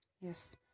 Yes